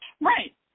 Right